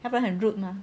要不然很 rude mah